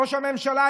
ראש הממשלה,